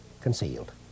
concealed